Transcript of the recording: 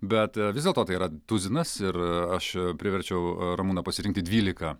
bet vis dėlto tai yra tuzinas ir aš priverčiau ramūną pasirinkti dvylika